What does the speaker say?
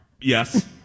Yes